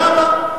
למה?